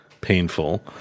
painful